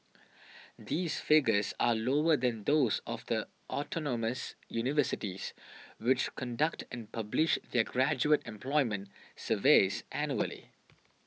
these figures are lower than those of the autonomous universities which conduct and publish their graduate employment surveys annually